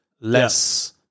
less